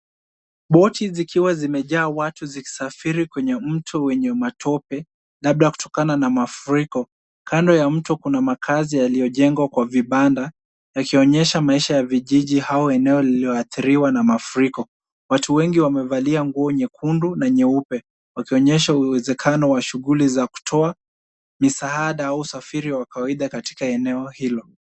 Boti zikiwa zimejaa watu zikisafiri kwenye mto wenye matope labda kutokana na mafuriko. Kando ya mto kuna makazi yaliyojengwa kwa vibanda yakionyesha maisha ya vijiji au eneo lililoathiriwa na mafuriko. Watu wengi wamevalia nguo nyekundu na nyeupe wakionyesha uwezekano wa shughuli za kutoa misaada au usafiri wa kawaida katika eneo hilo.